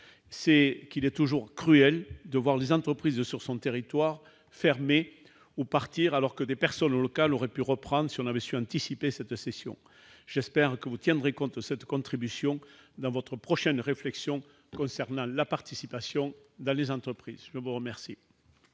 coeur. Il est toujours cruel de voir les entreprises de son territoire fermer ou partir, alors que des personnes locales auraient pu reprendre si l'on avait su anticiper cette cession. J'espère que vous tiendrez compte de cette contribution dans votre prochaine réflexion concernant la participation dans les entreprises. La parole